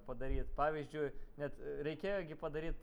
padaryt pavyzdžiui net reikėjo padaryt